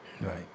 right